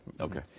Okay